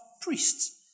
priests